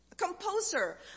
composer